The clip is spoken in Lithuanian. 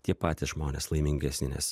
tie patys žmonės laimingesni nes